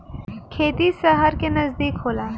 खेती सहर के नजदीक होला